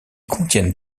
contiennent